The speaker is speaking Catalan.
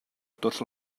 tots